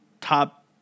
top